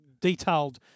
detailed